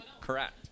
correct